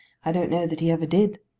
i don't know that he ever did,